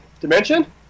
dimension